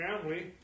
family